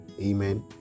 Amen